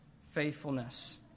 faithfulness